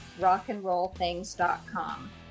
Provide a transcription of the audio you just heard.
rockandrollthings.com